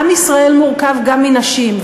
עם ישראל מורכב גם מנשים,